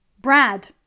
Brad